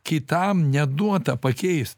kitam neduota pakeist